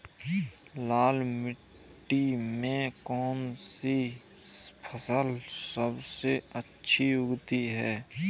लाल मिट्टी में कौन सी फसल सबसे अच्छी उगती है?